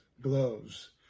gloves